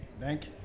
thank